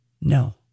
no